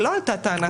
ולא עלתה טענה כזאת.